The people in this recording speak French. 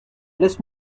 laisse